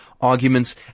arguments